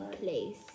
place